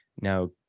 Now